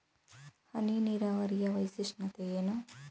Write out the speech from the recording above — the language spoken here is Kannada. ಹನಿ ನೀರಾವರಿಯ ವೈಶಿಷ್ಟ್ಯತೆ ಏನು?